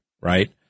right